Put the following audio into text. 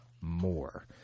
more